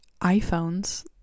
iPhones